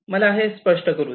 मला हे स्पष्ट करु दे